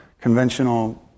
conventional